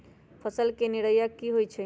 फसल के निराया की होइ छई?